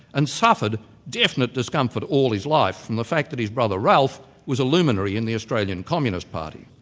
and suffered definite discomfort all his life from the fact that his brother ralph was a luminary in the australian communist party.